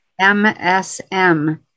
MSM